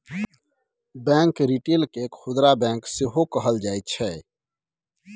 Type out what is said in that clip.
bank retail केँ खुदरा bank सेहो कहल जाइ छै